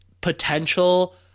potential